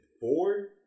four